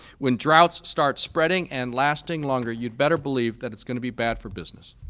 when droughts start spreading and lasting longer, you'd better believe that it's going to be bad for business.